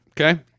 Okay